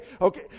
Okay